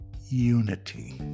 unity